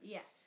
Yes